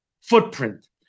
footprint